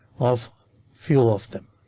of few of them.